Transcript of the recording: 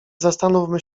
zastanówmy